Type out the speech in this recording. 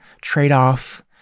trade-off